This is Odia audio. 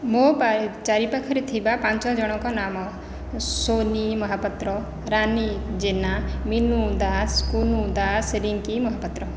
ମୋ ଚାରି ପାଖରେ ଥିବା ପାଞ୍ଚ ଜଣଙ୍କ ନାମ ସୋନି ମହାପାତ୍ର ରାନୀ ଜେନା ମିନୁ ଦାସ କୁନୁ ଦାସ ରିଙ୍କି ମହାପାତ୍ର